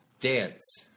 Dance